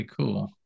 cool